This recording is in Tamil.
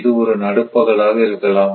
இது ஒரு நடுப்பகல் ஆக இருக்கலாம்